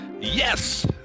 Yes